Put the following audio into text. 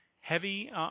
heavy